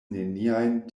neniajn